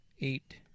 eight